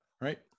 right